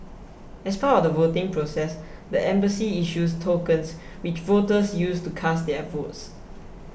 as part of the voting process the embassy issues tokens which voters use to cast their votes